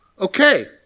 Okay